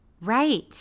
Right